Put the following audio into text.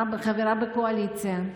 חברה בקואליציה.